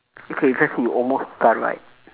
okay cause you almost died right